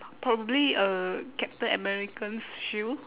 probably uh captain american's shield